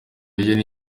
niyo